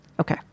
Okay